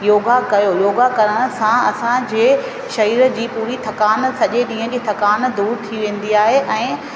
योगा कयो योगा करण सां असांजे शरीर जी पूरी थकानु सॼे ॾींह जी थकानु दूरि थी वेंदी आहे ऐं